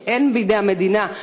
שאין בידי המדינה,